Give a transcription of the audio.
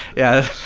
yeah,